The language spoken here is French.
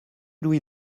louis